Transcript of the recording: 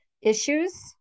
issues